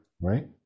right